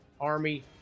army